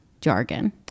jargon